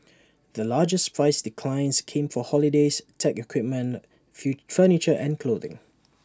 the largest price declines came for holidays tech equipment feel furniture and clothing